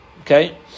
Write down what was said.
Okay